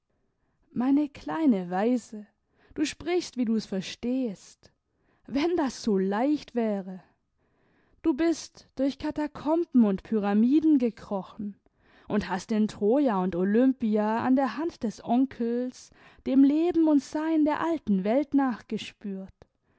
meine kleine weise du sprichst wie du's verstehst wenn das so leicht wäre du bist durch katakomben und pyramiden gekrochen und hast in troja und olympia an der hand des onkels dem leben und sein der alten welt nachgespürt